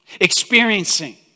experiencing